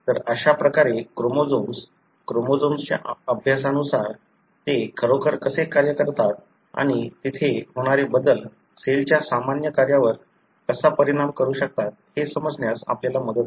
तर अशा प्रकारे क्रोमोझोम्स क्रोमोझोम्सच्या अभ्यासानुसार ते खरोखर कसे कार्य करतात आणि तेथे होणारे बदल सेलच्या सामान्य कार्यावर कसा परिणाम करू शकतात हे समजण्यास आपल्याला मदत होते